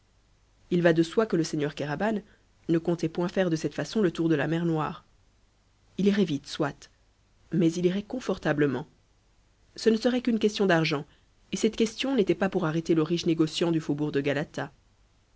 il va de soi que le seigneur kéraban ne comptait point faire de cette façon le tour de la mer noire il irait vite soit mais il irait confortablement ce ne serait qu'une question d'argent et cette question n'était pas pour arrêter le riche négociant du faubourg de galata